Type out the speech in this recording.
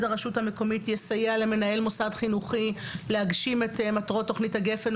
הרשות המקומית יסייע למנהל המוסד החינוכי להגשים את מטרות תכנית הגפ"ן?